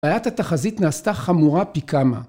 ‫בעיית התחזית נעשתה חמורה פי כמה.